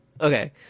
okay